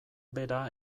bera